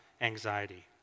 anxiety